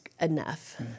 enough